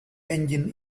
engine